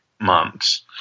months